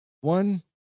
one